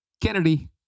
Kennedy